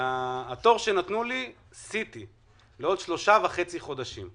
התור שנתנו לי היה לעוד שלושה וחצי חודשים.